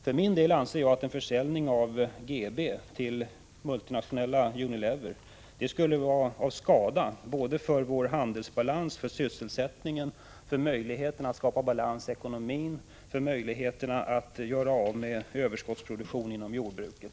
För min del anser jag att en försäljning av GB till det multinationella Unilever skulle vara till skada för både vår handelsbalans, sysselsättningen, möjligheterna att skapa balans i ekonomin och möjligheterna att göra av med överskottsproduktionen inom jordbruket.